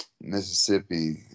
Mississippi